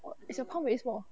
is your palm very small